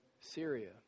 syria